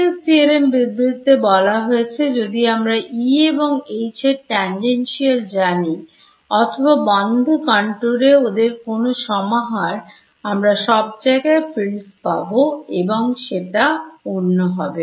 Uniqueness theorem বিবৃতিতে বলা হয়েছে যদি আমরা E এবং H এর tangential জানি অথবা বন্ধ contour এ ওদের কোন সমাহার আমরা সব জায়গায় fields পাব এবং সেটা অনন্য হবে